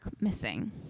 missing